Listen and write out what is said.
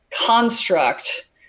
construct